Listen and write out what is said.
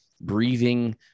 breathing